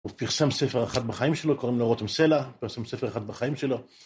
הוא פרסם ספר אחת בחיים שלו, קוראים לו רותם סלע, פרסם ספר אחת בחיים שלו.